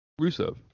Rusev